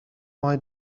mai